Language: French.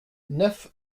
neuf